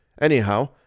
Anyhow